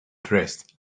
dressed